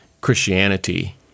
Christianity